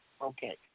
Okay